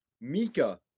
Mika